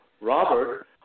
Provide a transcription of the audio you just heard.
Robert